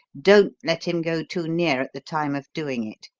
don't let him go too near at the time of doing it.